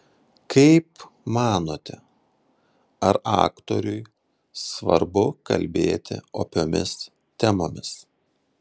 kaip manote ar aktoriui svarbu kalbėti opiomis temomis